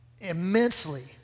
immensely